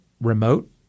remote